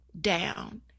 down